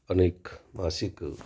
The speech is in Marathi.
अनेक मासिकं